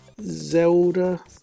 Zelda